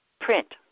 print